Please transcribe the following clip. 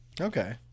Okay